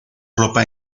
ropa